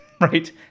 Right